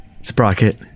Sprocket